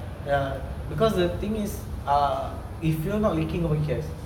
ya because the thing is ah if fuel not leaking nobody cares